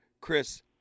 Chris